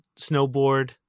Snowboard